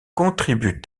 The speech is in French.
contribue